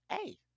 Hey